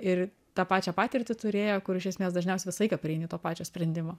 ir tą pačią patirtį turėję kur iš esmės dažniausiai visą laiką prieini to pačio sprendimo